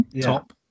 top